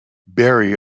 berry